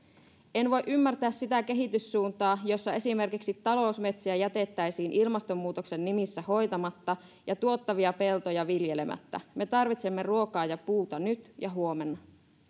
en voi ymmärtää sitä kehityssuuntaa jossa esimerkiksi talousmetsiä jätettäisiin ilmastonmuutoksen nimissä hoitamatta ja tuottavia peltoja viljelemättä me tarvitsemme ruokaa ja puuta nyt ja huomenna